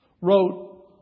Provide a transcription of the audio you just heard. wrote